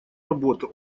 работу